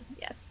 yes